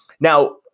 now